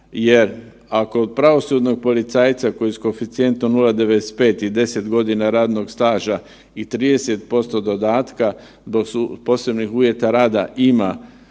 jer ako pravosudnog policajca koji s koeficijentom 0,95 i 10 godina radnog staža i 30% dodatka dok su posebni uvjeti rada ima